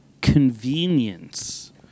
convenience